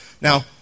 Now